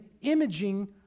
imaging